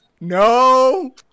No